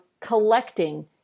collecting